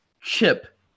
Chip